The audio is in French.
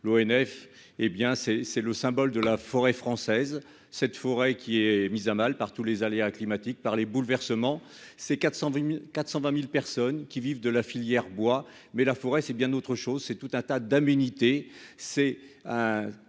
c'est, c'est le symbole de la forêt française, cette forêt qui est mise à mal par tous les aléas climatiques par les bouleversements ces 410000 420000 personnes qui vivent de la filière bois, mais la forêt, c'est bien d'autre chose, c'est tout un tas d'aménité c'est une